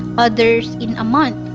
others in a month.